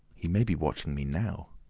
he may be watching me now.